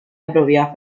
apropiadas